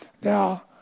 Now